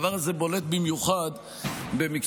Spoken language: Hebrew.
הדבר הזה בולט במיוחד במקצועות,